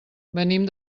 venim